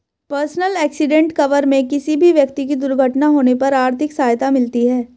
personal accident cover में किसी भी व्यक्ति की दुर्घटना होने पर आर्थिक सहायता मिलती है